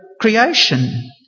creation